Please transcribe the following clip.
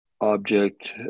object